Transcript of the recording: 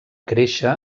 créixer